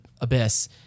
abyss